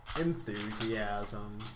Enthusiasm